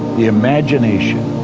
the imagination,